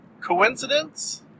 Coincidence